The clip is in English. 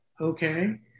okay